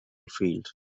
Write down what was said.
field